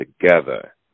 together